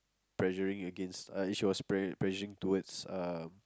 pressuring against like she was pressuring towards uh